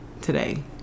today